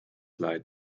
leid